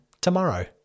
tomorrow